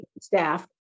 staff